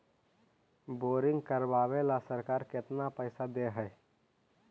Boring करबाबे ल सरकार केतना पैसा दे है?